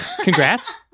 congrats